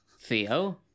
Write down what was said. Theo